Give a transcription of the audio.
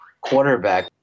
quarterback